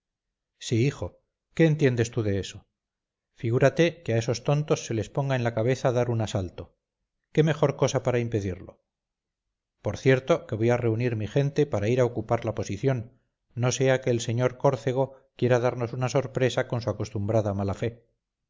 sí hijo qué entiendes tú de eso figúrate que a esos tontos se les ponga en la cabeza dar un asalto qué mejor cosa para impedirlo por cierto que voy a reunir mi gente para ir a ocupar la posición no sea que el señorcórcego quiera darnos una sorpresa con su acostumbrada mala fe